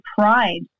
pride